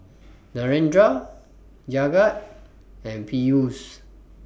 Narendra Jagat and Peyush